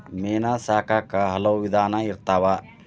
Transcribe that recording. ಮೇನಾ ಸಾಕಾಕು ಹಲವು ವಿಧಾನಾ ಇರ್ತಾವ